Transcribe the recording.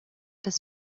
das